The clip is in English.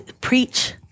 preach